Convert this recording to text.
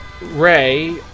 Ray